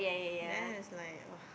then is like !wah!